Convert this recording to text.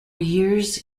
years